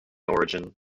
origin